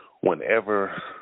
whenever